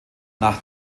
nach